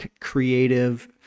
creative